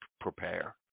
prepare